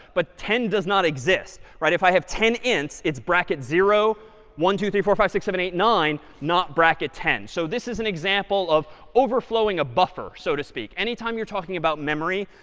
but ten does not exist. right? if i have ten int, it's bracket zero, one, two, three, four, five, six, seven, eight, nine, not bracket ten. so this is an example of overflowing a buffer, so to speak. anytime you're talking about memory,